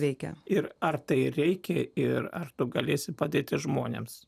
veikia ir ar tai reikia ir ar tu galėsi padėti žmonėms